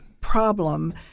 problem